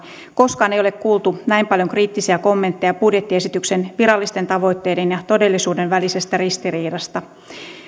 koskaan ei ole kuultu näin paljon kriittisiä kommentteja budjettiesityksen virallisten tavoitteiden ja todellisuuden välisestä ristiriidasta